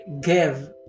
give